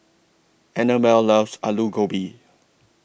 Annabelle loves Alu Gobi